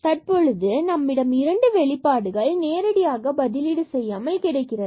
தற்போது நம்மிடம் இரண்டு வெளிப்பாடுகள் நேரடியாக பதிலிடு செய்யாமல் கிடைக்கிறது